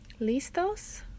¿Listos